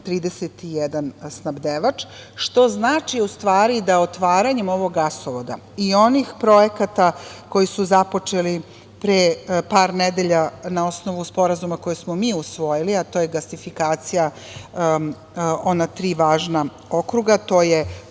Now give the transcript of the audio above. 31 snabdevač, što znači, da otvaranjem ovog gasovoda, i onih projekata koji su započeli pre par nedelja na osnovu Sporazuma koji smo mi osvojili, a to je gasifikacija ona tri važna okruga, to je